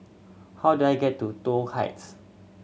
how do I get to Toh Heights